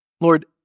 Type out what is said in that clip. Lord